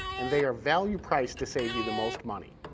and they are value priced to save you the most money.